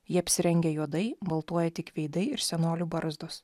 jie apsirengę juodai baltuoja tik veidai ir senolių barzdos